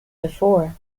before